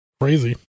Crazy